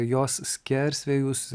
jos skersvėjus